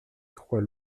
trois